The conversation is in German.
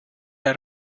der